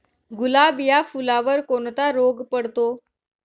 गुलाब या फुलावर कोणता रोग पडतो?